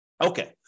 Okay